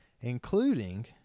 including